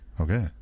Okay